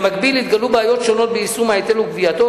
במקביל התגלו בעיות שונות ביישום ההיטל ובגבייתו.